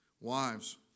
Wives